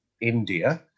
india